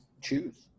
choose